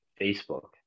Facebook